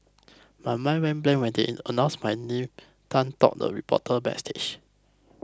my mind went blank when they announced my name Tan told reporter backstage